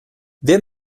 wer